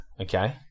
Okay